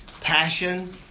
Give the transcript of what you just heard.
passion